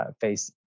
face